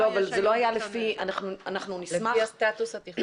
לפי הסטטוס התכנוני.